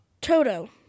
Toto